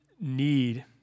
need